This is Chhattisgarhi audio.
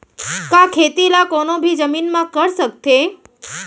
का खेती ला कोनो भी जमीन म कर सकथे?